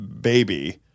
baby